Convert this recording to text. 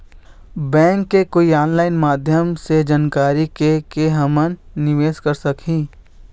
Bank के कोई online माध्यम जेकर से जानकारी के के हमन निवेस कर सकही?